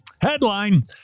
Headline